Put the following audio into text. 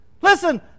Listen